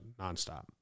nonstop